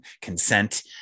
consent